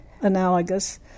analogous